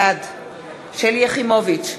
בעד שלי יחימוביץ,